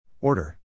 Order